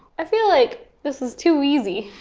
i feel like this is too easy.